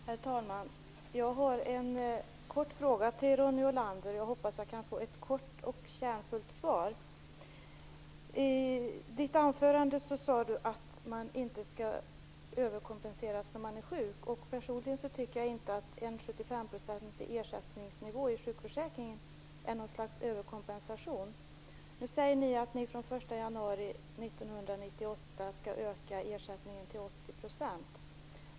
Herr talman! Jag har en kort fråga till Ronny Olander. Jag hoppas att jag kan få ett kort och kärnfullt svar. I sitt anförande sade Ronny Olander att man inte skall överkompenseras när man är sjuk. Personligen tycker jag inte att en 75-procentig ersättningsnivå i sjukförsäkringen är någon överkompensation. Nu säger ni att ni skall öka ersättningen till 80 % från den 1 januari 1998.